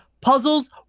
puzzles